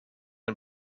and